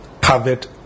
covered